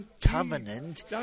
covenant